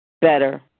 better